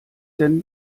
denn